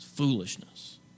foolishness